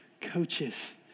coaches